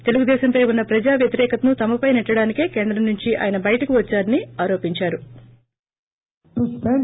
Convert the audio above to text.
తెలుగుదేశం పై ఉన్న ప్రజా వ్యతిరేకతను తమపై సెట్టడానికే కేంద్రం నుంచి బయటకు వచ్చారని ఆయన ఆరోపించారు